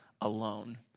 alone